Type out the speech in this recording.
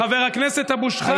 חבר הכנסת אבו שחאדה,